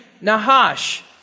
Nahash